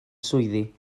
swyddi